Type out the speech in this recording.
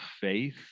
faith